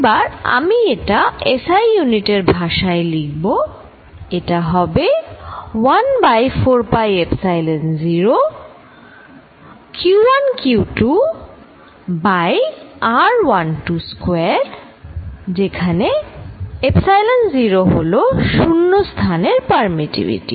এবার আমি এটা SI ইউনিটের ভাষায় লিখব এটা হবে 1 বাই 4 পাই এপসাইলন 0 গুন q1 q2 ভাগ r12 স্কয়ার যেখানে এপসাইলন 0 হল শূন্য স্থানের পারমিটিভিটি